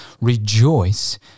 Rejoice